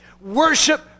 Worship